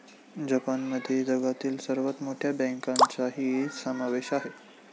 जपानमध्ये जगातील सर्वात मोठ्या बँकांचाही समावेश आहे